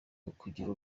ukugira